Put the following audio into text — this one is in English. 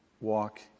walk